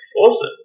Awesome